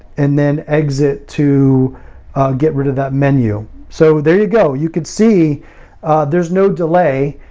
and then exit to get rid of that menu. so there you go. you could see there's no delay.